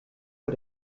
vor